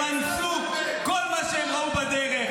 הם אנסו כל מה שהם ראו בדרך,